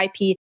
IP